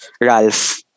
Ralph